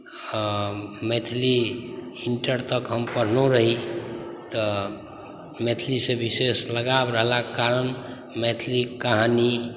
Maithili inter तक हम पढ़नो रही तऽ मैथिली से विशेष लगाव रहलाक कारण मैथिली कहानी